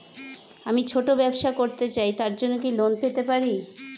আমি ছোট ব্যবসা করতে চাই তার জন্য কি লোন পেতে পারি?